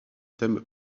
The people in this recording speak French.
thèmes